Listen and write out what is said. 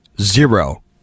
Zero